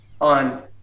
on